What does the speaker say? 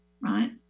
right